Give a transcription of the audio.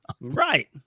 Right